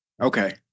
Okay